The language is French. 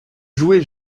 jouer